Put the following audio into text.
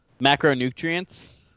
Macronutrients